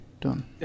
Done